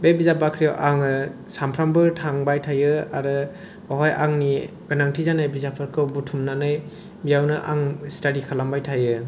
बे बिजाब बाख्रिआव आङो सानफ्रामबो थांबाय थायो आरो बेवहाय आंनि गोनांथि जानाय बिजाबफोरखौ बुथुमनानै बेयावनो आं स्टाडि खालामबाय थायो